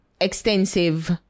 extensive